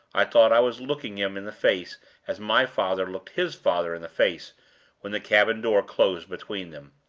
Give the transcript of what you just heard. i thought i was looking him in the face as my father looked his father in the face when the cabin door closed between them.